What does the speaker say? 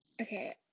Okay